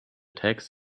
text